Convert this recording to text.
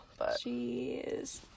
Jeez